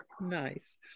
Nice